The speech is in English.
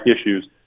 issues